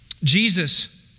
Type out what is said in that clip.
Jesus